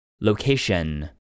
Location